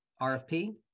RFP